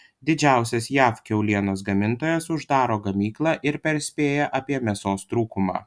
didžiausias jav kiaulienos gamintojas uždaro gamyklą ir perspėja apie mėsos trūkumą